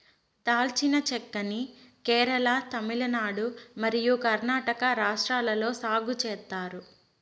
దాల్చిన చెక్క ని కేరళ, తమిళనాడు మరియు కర్ణాటక రాష్ట్రాలలో సాగు చేత్తారు